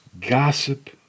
gossip